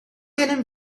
gennym